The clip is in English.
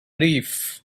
reef